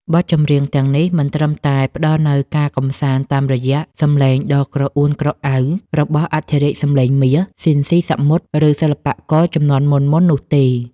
បទចម្រៀងទាំងនេះមិនត្រឹមតែផ្ដល់នូវការកម្សាន្តតាមរយៈសម្លេងដ៏ក្រអួនក្រអៅរបស់អធិរាជសម្លេងមាស ស៊ីន ស៊ីសាមុត ឬសិល្បករជំនាន់មុនៗនោះទេ។